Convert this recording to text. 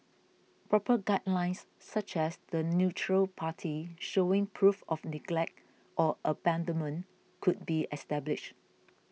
proper guidelines such as the neutral party showing proof of neglect or abandonment could be established